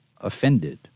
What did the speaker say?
offended